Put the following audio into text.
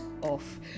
off